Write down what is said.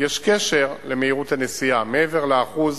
יש קשר למהירות הנסיעה, מעבר לאחוז